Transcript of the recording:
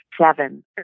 seven